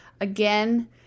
Again